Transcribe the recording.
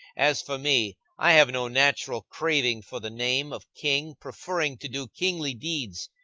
as for me, i have no natural craving for the name of king, preferring to do kingly deeds,